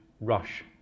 rush